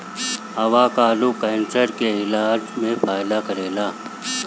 avocado cancer के इलाज में फायदा करेला